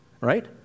right